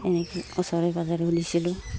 এনেকৈ ওচৰে পাঁজাৰেও দিছিলোঁ